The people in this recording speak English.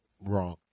wrong